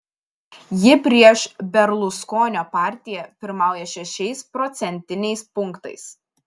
ji prieš berluskonio partiją pirmauja šešiais procentiniais punktais